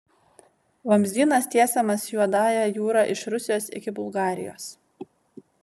vamzdynas tiesiamas juodąja jūra iš rusijos iki bulgarijos